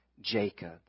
Jacob